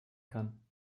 kann